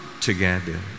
together